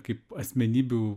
kaip asmenybių